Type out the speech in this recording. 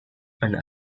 and